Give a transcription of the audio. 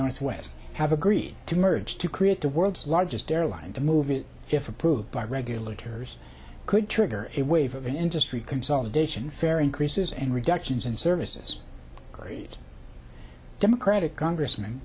northwest have agreed to merge to create the world's largest airline and to move it if approved by regulators could trigger a wave of industry consolidation fare increases and reductions in services great democratic congressman